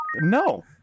no